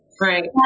Right